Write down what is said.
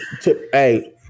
hey